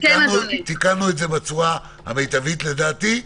תיקנו את זה בצורה המיטבית, לדעתי.